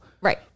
Right